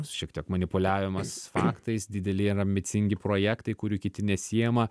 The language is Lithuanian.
šiek tiek manipuliavimas faktais dideli ir ambicingi projektai kurių kiti nesiima